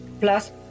plus